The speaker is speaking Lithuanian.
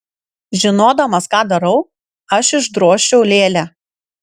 žinodamas ką darau aš išdrožčiau lėlę